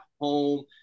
home